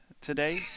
today